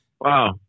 Wow